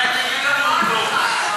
אולי תגיד לנו אותו.